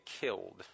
killed